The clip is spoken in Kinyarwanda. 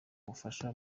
ubufasha